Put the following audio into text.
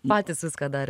patys viską darė